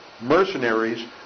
mercenaries